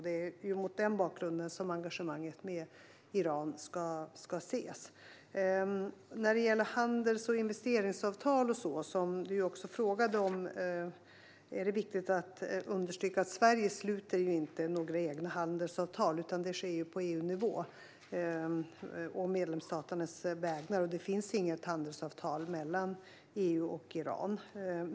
Det är mot den bakgrunden som engagemanget med Iran ska ses. När det gäller handels och investeringsavtal, som Amineh Kakabaveh också frågade om, är det viktigt att understryka att Sverige inte sluter några egna handelsavtal, utan det sker på EU-nivå å medlemsstaternas vägnar. Det finns inget handelsavtal mellan EU och Iran.